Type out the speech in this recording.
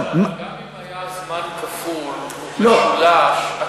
גם אם היה זמן כפול ומשולש,